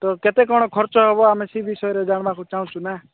ତ କେତେ କ'ଣ ଖର୍ଚ୍ଚ ହବ ଆମେ ସେ ବିଷୟରେ ଜାଣିବାକୁ ଚାହୁଁଛୁ ନା